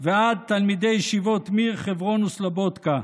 ועד תלמידי ישיבות מיר, חברון וסלבודקה.